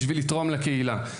בשביל לתרום לקהילה.